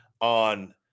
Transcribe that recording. on